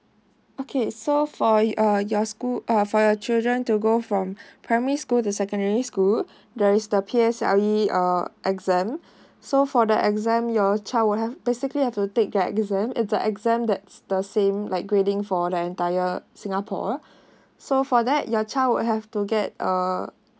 okay so for uh your school uh for your children to go from primary school to secondary school there is the P_S_L_E uh exam so for the exam your child would have basically have to take the exam it's the exam that's the same like grading for the entire singapore so for that your child would have to get uh